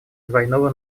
двойного